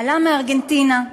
עלה מארגנטינה,